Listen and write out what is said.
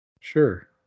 sure